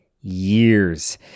years